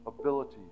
abilities